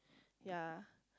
ya